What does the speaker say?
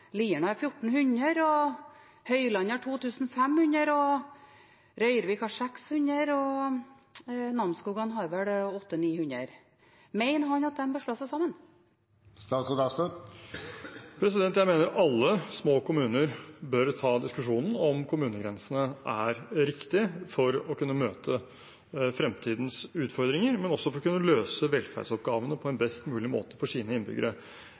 Høylandet har 2 500, Røyrvik har 600 og Namsskogan har vel 800–900. Mener han at de bør slå seg sammen? Jeg mener alle små kommuner bør ta diskusjonen om kommunegrensene er riktige, for å kunne møte fremtidens utfordringer, men også for å kunne løse velferdsoppgavene på en best mulig måte for sine innbyggere.